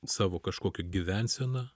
savo kažkokia gyvensena